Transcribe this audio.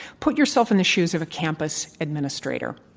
put yourself in the shoes of a campus administrator.